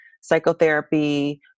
psychotherapy